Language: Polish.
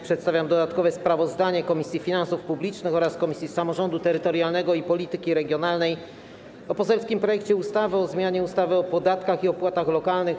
Przedstawiam dodatkowe sprawozdanie Komisji Finansów Publicznych oraz Komisji Samorządu Terytorialnego i Polityki Regionalnej o poselskim projekcie ustawy o zmianie ustawy o podatkach i opłatach lokalnych.